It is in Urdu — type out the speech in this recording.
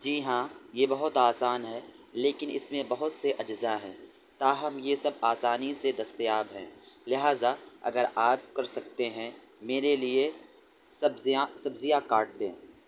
جی ہاں یہ بہت آسان ہے لیکن اس میں بہت سے اجزاء ہیں تاہم یہ سب آسانی سے دستیاب ہیں لہذا اگر آپ کر سکتے ہیں میرے لیے سبزیاں سبزیاں کاٹ دیں